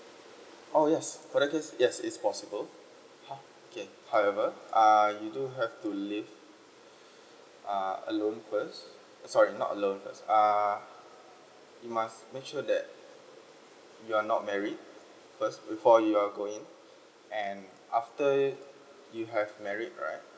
oh yes correct yes it's possible ho~ okay however uh you do have to leave uh alone first uh sorry not alone first uh you must make sure that you're not married first before you are going and after you have married right